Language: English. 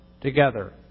together